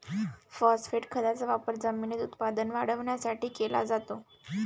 phosphate खताचा वापर जमिनीत उत्पादन वाढवण्यासाठी केला जातो